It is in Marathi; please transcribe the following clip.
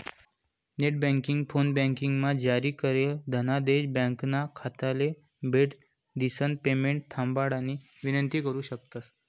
नेटबँकिंग, फोनबँकिंगमा जारी करेल धनादेश ब्यांकना खाताले भेट दिसन पेमेंट थांबाडानी विनंती करु शकतंस